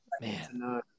man